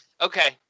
Okay